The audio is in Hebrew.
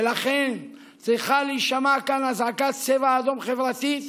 ולכן צריכה להישמע כאן אזעקת צבע אדום חברתית,